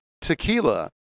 tequila